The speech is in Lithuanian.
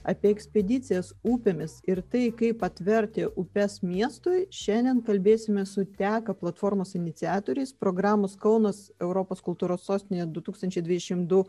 apie ekspedicijas upėmis ir tai kaip atverti upes miestui šiandien kalbėsime su teka platformos iniciatoriais programos kaunas europos kultūros sostinė du tūkstančiai dvidešimt du